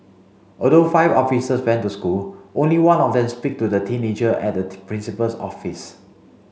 although five officer went to the school only one of them spoke to the teenager at the principal's office